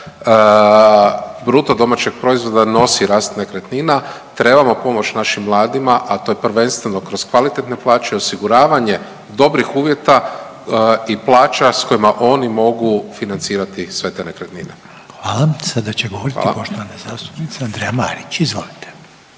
bruto domaćeg proizvoda nosi rast nekretnina. Trebamo pomoći našim mladima, a to je prvenstveno kroz kvalitetne plaće i osiguravanje dobrih uvjeta i plaća s kojima oni mogu financirati sve te nekretnine. **Reiner, Željko (HDZ)** Hvala. Sada će govoriti poštovana zastupnica Andreja Marić. Izvolite.